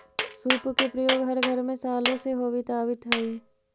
सूप के प्रयोग हर घर में सालो से होवित आवित हई